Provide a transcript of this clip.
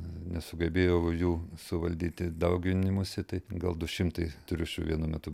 nesugebėjau jų suvaldyti dauginimosi tai gal du šimtai triušių vienu metu